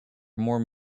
more